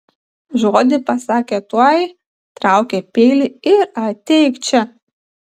žodį pasakė tuoj traukia peilį ir ateik čia